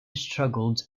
struggled